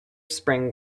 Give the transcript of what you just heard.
spring